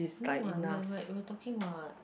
no [what] we are we are we are talking [what]